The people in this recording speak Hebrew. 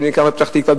בפתח-תקווה,